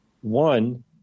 One